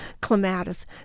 clematis